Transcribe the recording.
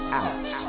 out